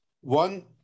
One